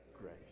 grace